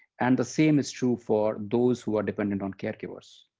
and the same is true for those who are dependent on caregivers.